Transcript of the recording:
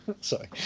sorry